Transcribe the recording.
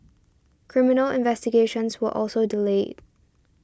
criminal investigations were also delayed